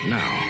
now